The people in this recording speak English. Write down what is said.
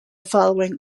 following